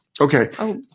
Okay